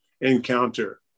encounter